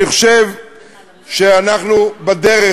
אני חושב שאנחנו בדרך,